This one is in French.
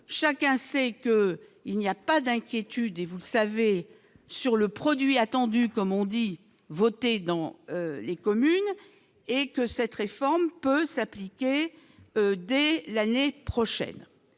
chacun sait que il n'y a pas d'inquiétude, et vous savez sur le produit attendu comme on dit voter dans les communes et que cette réforme peut s'appliquer dès l'année prochaine,